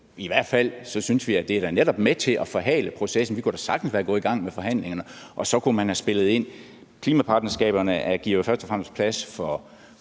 I hvert fald synes vi, at det netop er med til at forhale processen. Vi kunne da sagtens være gået i gang med forhandlingerne, og så kunne man have spillet ind. Klimapartnerskaberne giver jo først og fremmest plads for